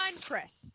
chris